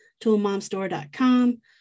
ToolmomStore.com